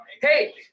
Hey